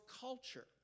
culture